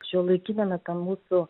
šiuolaikiniame tam mūsų